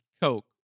Coke